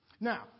Now